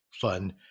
fun